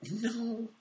No